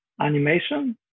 animation